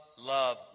love